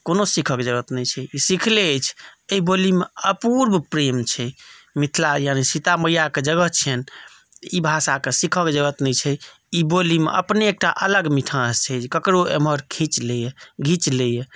कोनो सिखयके जरूरत नहि छै ई सिखले अछि एहि बोलीमे अपूर्व प्रेम छै मिथिला यानि सीता मैयाके जगह छियनि ई भाषाकेँ सीखयके जरूरत नहि छै ई बोलीमे अपने एकटा अलग मिठास छै जे ककरो एम्हर खीँच लैए घीच लैए